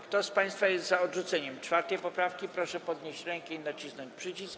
Kto z państwa jest za odrzuceniem 4. poprawki, proszę podnieść rękę i nacisnąć przycisk.